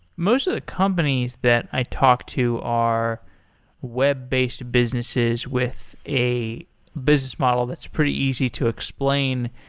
most of the companies that i talk to are web-based businesses with a business model that's pretty easy to explain.